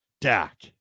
Dak